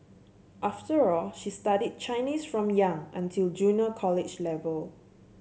after all she studied Chinese from young until junior college level